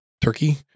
turkey